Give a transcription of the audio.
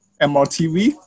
MRTV